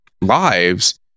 lives